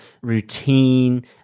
routine